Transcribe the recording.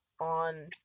on